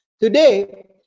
Today